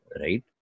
right